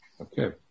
Okay